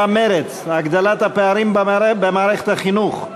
ומרצ: הגדלת הפערים במערכת החינוך.